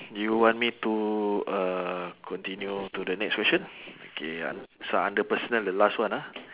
you want me to uh continue to the next question okay un~ so under personal the last one ah